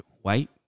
white